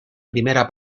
primera